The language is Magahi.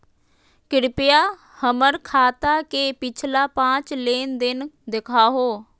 कृपया हमर खाता के पिछला पांच लेनदेन देखाहो